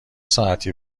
ساعتی